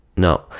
No